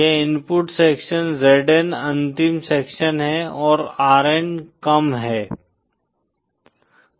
यह input section Zn अंतिम section है और Rn कम है